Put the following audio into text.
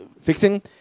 fixing